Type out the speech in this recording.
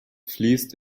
fließt